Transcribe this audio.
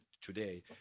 today